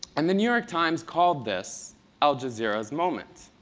and the new york times called this al jazeera's moment.